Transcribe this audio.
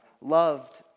loved